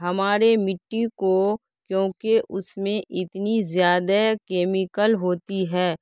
ہمارے مٹّی کو کیونکہ اس میں اتنی زیادہ کیمیکل ہوتی ہے